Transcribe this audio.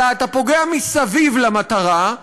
אלא אתה פוגע מסביב למטרה,